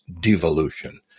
devolution